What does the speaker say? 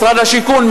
משרד השיכון,